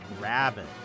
rabbit